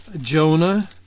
Jonah